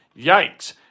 Yikes